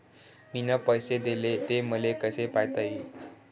मिन पैसे देले, ते मले कसे पायता येईन?